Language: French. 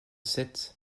sept